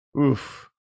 oof